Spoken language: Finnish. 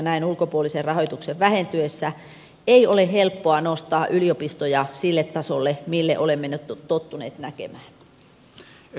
näin ulkopuolisen rahoituksen vähentyessä ei ole helppoa nostaa yliopistoja sille tasolle millä olemme ne tottuneet näkemään